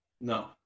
No